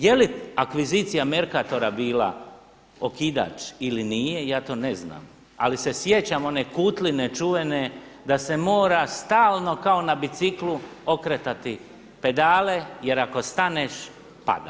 Je li akvizicija Mercatora bila okidač ili nije ja to ne znam, ali se sjećam one Kutline čuvene da se mora stalno kao na biciklu okretati pedale, jer ako staneš padaš.